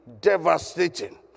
devastating